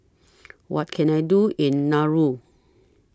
What Can I Do in Nauru